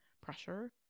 pressure